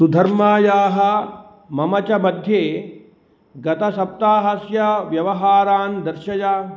सुधर्मायाः मम च मध्ये गतसप्ताहस्य व्यवहारान् दर्शय